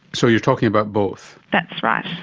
so you're talking about both? that's right.